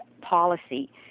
policy